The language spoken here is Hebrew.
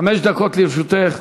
חמש דקות לרשותך.